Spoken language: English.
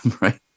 right